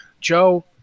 Joe